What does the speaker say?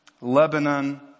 Lebanon